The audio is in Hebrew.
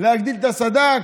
להגדיל את הסד"כ.